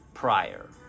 prior